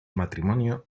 matrimonio